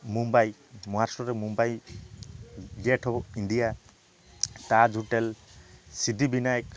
ମୁମ୍ବାଇ ମହାରାଷ୍ଟ୍ରରେ Mumbai gateway India Taj hotel Siddhivinayak